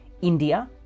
India